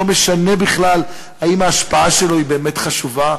לא משנה בכלל אם ההשפעה שלו היא באמת חשובה,